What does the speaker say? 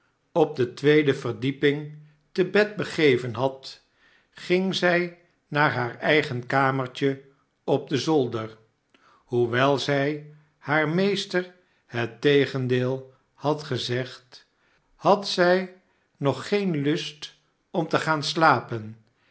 op de tweede verdieping te bed begeven had ging zij naar haar eigen kamertje op den zolder hoewel zij haar meester het tegendeel had gezegd had zij nog geen lust om te gaan slapen